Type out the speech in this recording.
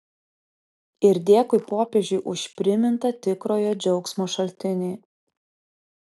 ir dėkui popiežiui už primintą tikrojo džiaugsmo šaltinį